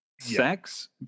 sex